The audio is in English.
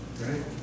right